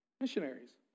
Missionaries